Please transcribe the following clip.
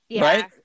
right